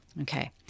Okay